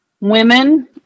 women